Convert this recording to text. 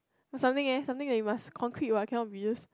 something eh something you must concrete what cannot be just